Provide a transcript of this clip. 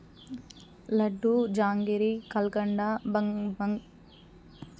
లడ్డూ జాంగిరీ కల్కండా బంగ్ బంగ్